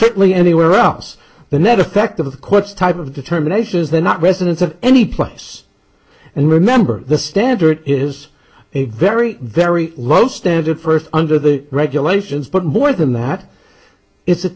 certainly anywhere else the net effect of the court's type of determination is there not residents of any place and remember the standard is a very very low standard first under the regulations but more than that it's a